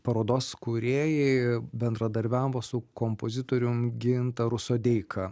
parodos kūrėjai bendradarbiavo su kompozitorium gintaru sodeika